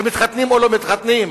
שמתחתנים או לא מתחתנים?